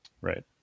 right